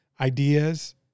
ideas